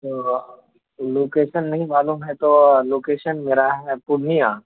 تو لوکیشن نہیں معلوم ہے تو لوکیشن میرا ہے پورنیہ